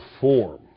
form